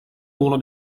uno